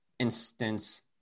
instance